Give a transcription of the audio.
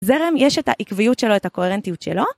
זרם יש את העקביות שלו, את הקוהרנטיות שלו?